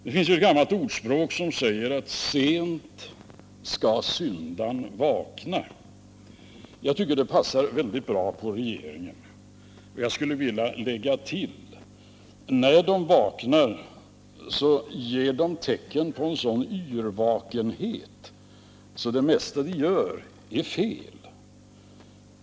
Det finns ett gammalt ordspråk som säger att sent skall syndaren vakna, Jag tycker att det passar väldigt bra på regeringen, och jag skulle vilja lägga till att när den vaknar visar den tecken på en sådan yrvakenhet att det mesta den gör är fel.